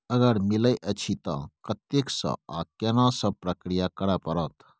अगर मिलय अछि त कत्ते स आ केना सब प्रक्रिया करय परत?